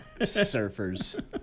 Surfers